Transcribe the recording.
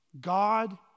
God